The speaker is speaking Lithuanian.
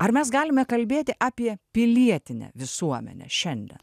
ar mes galime kalbėti apie pilietinę visuomenę šiandien